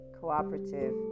cooperative